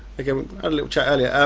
again a little chat earlier,